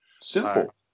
Simple